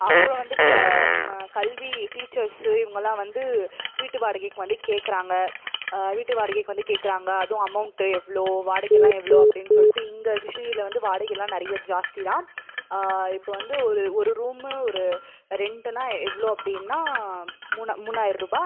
அப்புறம் வந்து க ம கல்வி டீச்சர்ஸு இவுங்களெல்லாம் வந்து வீட்டு வாடகைக்கு வந்து கேட்குறாங்க வீட்டு வாடகைக்கு வந்து கேட்குறாங்க அதுவும் அமௌண்ட்டு எவ்வளோ வாடகை எல்லாம் எவ்வளோ அப்படின்னு சொல்லிட்டு இங்கே கிருஷ்ணகிரியில் வந்து வாடகை எல்லாம் நிறைய ஜாஸ்தி தான் இப்போ வந்து ஒரு ஒரு ரூம்மு ஒரு ரெண்ட்டுன்னா எவ்வளோ அப்படின்னா மூணா மூணாய ரூபாய்